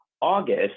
August